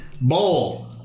Bowl